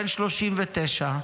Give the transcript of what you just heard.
בן 39,